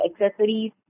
accessories